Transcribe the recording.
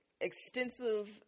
extensive